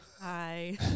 Hi